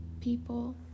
people